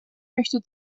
möchte